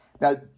Now